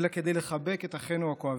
אלא כדי לחבק את אחינו הכואבים,